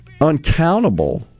uncountable